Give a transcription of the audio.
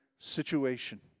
Situation